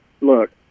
look